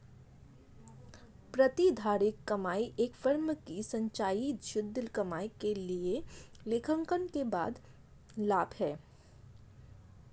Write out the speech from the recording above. प्रतिधारित कमाई एक फर्म की संचयी शुद्ध कमाई के लिए लेखांकन के बाद लाभ है